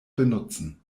benutzen